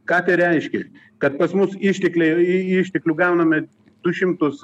ką reiškia kad pas mus ištekliai išteklių gauname du šimtus